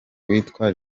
witwa